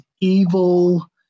evil